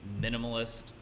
minimalist